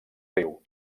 riu